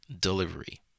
Delivery